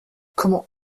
comment